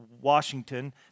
Washington